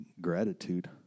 Gratitude